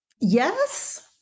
yes